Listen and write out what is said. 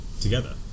together